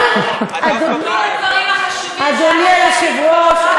אדוני היושב-ראש,